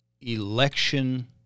Election